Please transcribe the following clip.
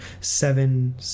seven